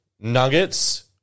nuggets